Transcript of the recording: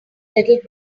little